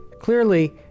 Clearly